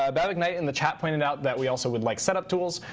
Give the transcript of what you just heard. ah bhavik knight in the chat pointed out that we also would like setup tools.